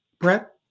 Brett